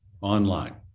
online